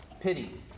pity